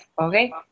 Okay